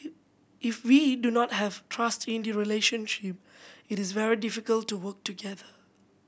if we do not have trust in the relationship it is very difficult to work together